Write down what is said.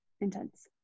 intense